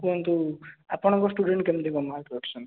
କୁହନ୍ତୁ ଆପଣଙ୍କ ସ୍ଟୁଡ଼େଣ୍ଟ୍ କେମିତି କ'ଣ ମାର୍କ୍ ରଖିଛନ୍ତି